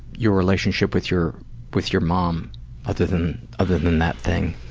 your relationship with your with your mom other than other than that thing